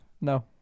No